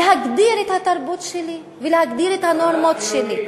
להגדיר את התרבות שלי ולהגדיר את הנורמות שלי.